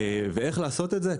איך לעשות את זה?